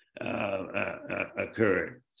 occurred